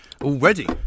already